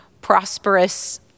prosperous